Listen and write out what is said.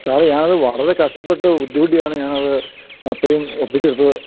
സാറേ ഞാനത് വളരെ കഷ്ട്ടപ്പെട്ട് ബുദ്ധിമുട്ടിയാണ് ഞാനത് അത്രയും ഒപ്പിച്ചെടുത്തത്